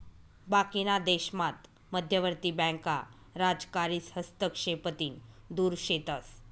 बाकीना देशामात मध्यवर्ती बँका राजकारीस हस्तक्षेपतीन दुर शेतस